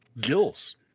Gills